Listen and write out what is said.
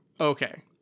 Okay